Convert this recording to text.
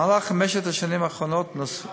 במהלך חמש השנים האחרונות נוספו,